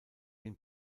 den